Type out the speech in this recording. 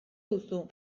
duzu